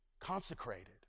consecrated